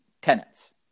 tenants